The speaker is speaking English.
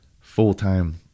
full-time